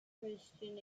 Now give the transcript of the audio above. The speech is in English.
christian